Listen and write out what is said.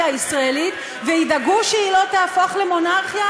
הישראלית וידאגו שהיא לא תהפוך למונרכיה,